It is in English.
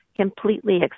completely